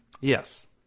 Yes